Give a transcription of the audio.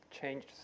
changed